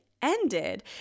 ended